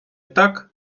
так